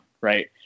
right